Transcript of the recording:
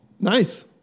Nice